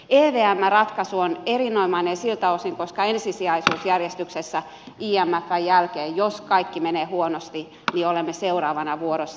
evm ratkaisu on erinomainen siltä osin että ensisijaisuusjärjestyksessä imfn jälkeen jos kaikki menee huonosti olemme seuraavana vuorossa